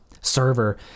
server